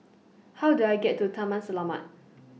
How Do I get to Taman Selamat